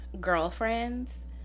girlfriends